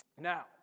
Now